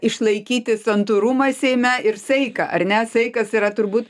išlaikyti santūrumą seime ir saiką ar ne saikas yra turbūt